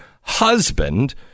husband